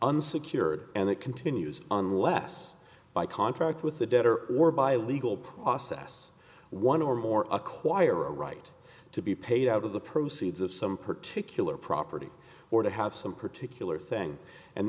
unsecured and that continues unless by contract with the debtor or by legal process one or more acquire a right to be paid out of the proceeds of some particular property or to have some particular thing and